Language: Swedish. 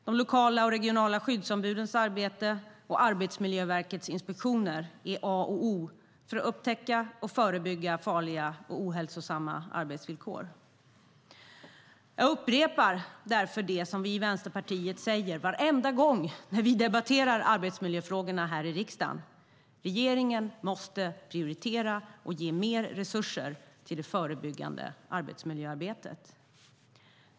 De lokala och regionala skyddsombudens arbete och Arbetsmiljöverkets inspektioner är A och O för att upptäcka och förebygga farliga och ohälsosamma arbetsvillkor. Jag upprepar därför det vi i Vänsterpartiet säger varenda gång vi debatterar arbetsmiljöfrågorna i riksdagen: Regeringen måste prioritera och ge mer resurser till det förebyggande arbetsmiljöarbetet.